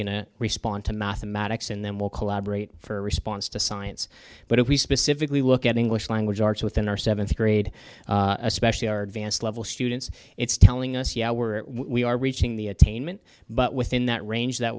going to respond to mathematics and then we'll collaborate for a response to science but a we specifically look at english language arts within our seventh grade especially our advanced level students it's telling us yeah we're we are reaching the attainment but within that range